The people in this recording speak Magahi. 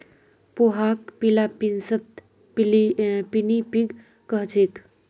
पोहाक फ़िलीपीन्सत पिनीपिग कह छेक